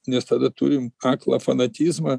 nes tada turim aklą fanatizmą